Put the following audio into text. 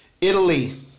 Italy